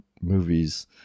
movies